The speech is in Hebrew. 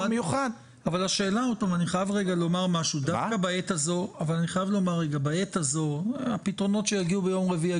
דווקא בעת הזו - הפתרונות שיגיעו ביום רביעי,